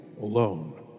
alone